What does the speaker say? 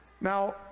Now